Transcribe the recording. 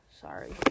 sorry